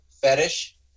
fetish